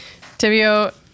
Tibio